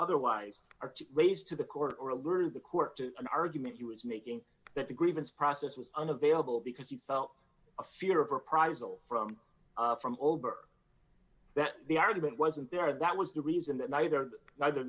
otherwise or raised to the court or alerting the court to an argument he was making that the grievance process was unavailable because he felt a fear of reprisal from from over that the argument wasn't there that was the reason that neither neither